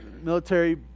military